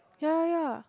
ya ya ya